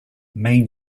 main